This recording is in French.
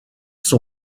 son